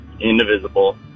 indivisible